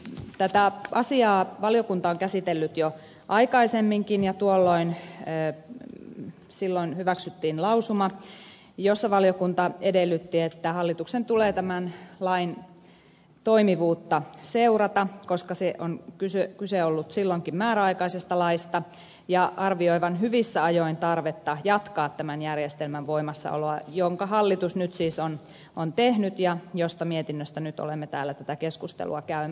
tätä asiaa valiokunta on käsitellyt jo aikaisemminkin ja silloin hyväksyttiin lausuma jossa valiokunta edellytti että hallituksen tulee tämän lain toimivuutta seurata koska kyse on silloinkin ollut määräaikaisesta laista ja arvioida hyvissä ajoin tarvetta jatkaa tämän järjestelmän voimassaoloa minkä hallitus nyt siis on tehnyt ja siitä mietinnöstä nyt olemme täällä tätä keskustelua käymässä